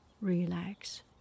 relax